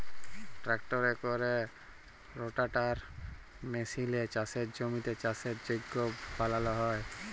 ট্রাক্টরে ক্যরে রোটাটার মেসিলে চাষের জমির চাষের যগ্য বালাল হ্যয়